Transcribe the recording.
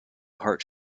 heart